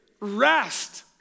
Rest